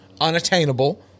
unattainable